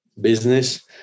business